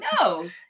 no